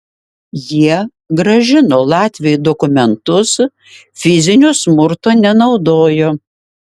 jie grąžino latviui dokumentus fizinio smurto nenaudojo